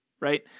right